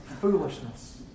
Foolishness